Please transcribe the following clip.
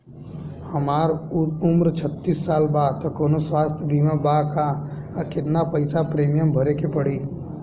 हमार उम्र छत्तिस साल बा त कौनों स्वास्थ्य बीमा बा का आ केतना पईसा प्रीमियम भरे के पड़ी?